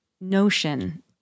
notion